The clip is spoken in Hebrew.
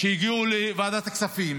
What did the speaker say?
שהגיעו לוועדת הכספים